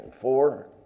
four